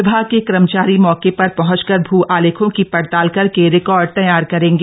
विभाग के कर्मचारी मौके पर पहुंचकर भू आलेखों की पड़ताल करके रिकार्ड तैयार करेंगे